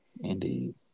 Indeed